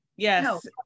Yes